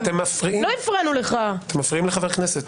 אתם מפריעים לחבר כנסת.